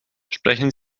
sprechen